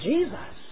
Jesus